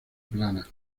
plana